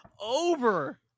over